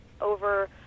over